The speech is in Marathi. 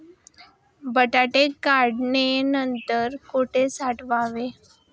बटाटा काढणी नंतर कुठे साठवावा?